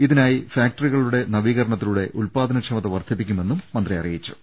ഇതി നായി ഫാക്ടറികളുടെ നവീകരണത്തിലൂടെ ഉത്പാ ദന ക്ഷമത വർദ്ധിപ്പിക്കുമെന്നും മന്ത്രി അറിയിച്ചു